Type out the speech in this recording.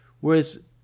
whereas